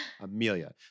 Amelia